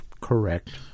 correct